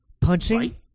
Punching